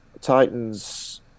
Titans